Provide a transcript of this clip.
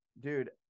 dude